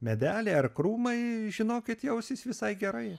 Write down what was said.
medeliai ar krūmai žinokit jausis visai gerai